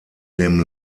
dem